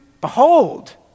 behold